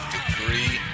Degree